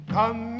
Come